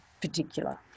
particular